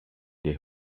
their